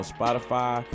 Spotify